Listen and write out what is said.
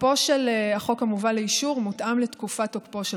תוקפו של החוק המובא לאישור מותאם לתקופת תוקפו של